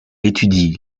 étudie